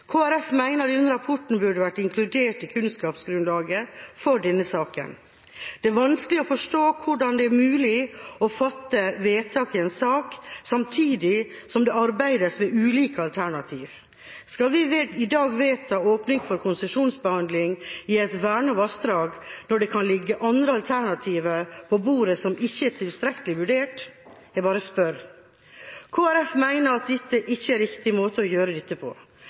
denne rapporten burde vært inkludert i kunnskapsgrunnlaget for denne saken. Det er vanskelig å forstå hvordan det er mulig å fatte vedtak i en sak samtidig som det arbeides med ulike alternativer. Skal vi i dag vedta åpning for konsesjonsbehandling i et vernet vassdrag når det kan ligge andre alternativer på bordet som ikke er tilstrekkelig vurdert? Jeg bare spør. Kristelig Folkeparti mener at dette ikke er riktig måte å gjøre det på.